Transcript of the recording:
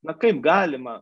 na kaip galima